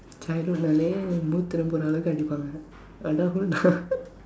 childhood ah dey மூத்திரம் போற அளவுக்கு அடிப்பாங்க:muuththiram poora alavukku adippaangka adulthood ah